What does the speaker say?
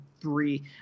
three